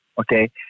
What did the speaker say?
okay